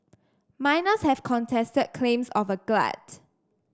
miners have contested claims of a glut